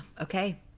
Okay